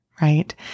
right